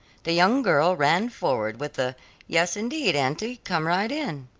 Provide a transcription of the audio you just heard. the young girl ran forward, with a yes, indeed, auntie, come right in.